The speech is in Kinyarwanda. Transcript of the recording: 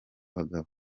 bagabo